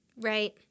Right